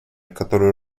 которую